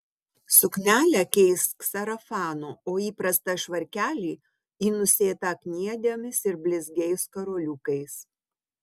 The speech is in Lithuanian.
suknelę keisk sarafanu o įprastą švarkelį į nusėtą kniedėmis ir blizgiais karoliukais